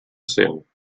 cent